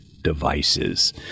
devices